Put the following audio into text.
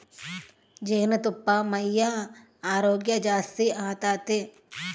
ಜೇನುತುಪ್ಪಾ ಮೈಯ ಆರೋಗ್ಯ ಜಾಸ್ತಿ ಆತತೆ